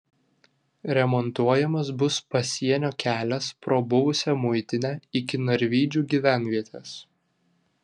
remontuojamas bus pasienio kelias pro buvusią muitinę iki narvydžių gyvenvietės